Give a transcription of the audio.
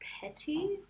petty